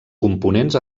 components